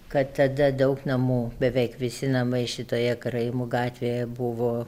kad tada daug namų beveik visi namai šitoje karaimų gatvėje buvo